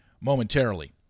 momentarily